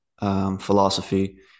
Philosophy